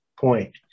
point